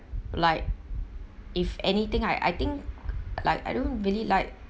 like if anything I I think like I don't really like